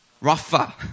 Rafa